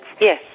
Yes